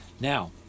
Now